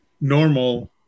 normal